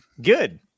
Good